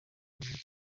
umunsi